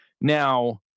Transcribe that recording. Now